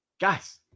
Guys